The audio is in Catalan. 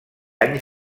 any